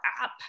app